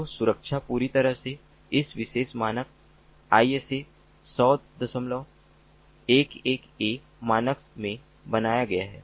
तो सुरक्षा पूरी तरह से इस विशेष मानक ISA10011a मानक में बनाया गया है